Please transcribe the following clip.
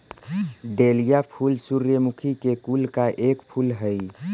dahlia फूल सूर्यमुखी के कुल का एक फूल हई